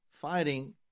fighting